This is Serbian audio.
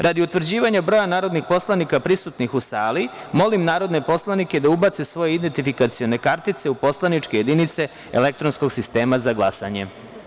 Radi utvrđivanja broja narodnih poslanika prisutnih u sali, molim narodne poslanike da ubace svoje identifikacione kartice u poslaničke jedinice elektronskog sistema za glasanje.